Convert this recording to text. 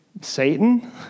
Satan